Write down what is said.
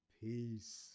Peace